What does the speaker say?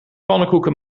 pannenkoeken